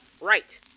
Right